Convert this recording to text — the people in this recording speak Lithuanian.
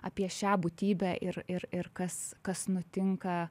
apie šią būtybę ir ir ir kas kas nutinka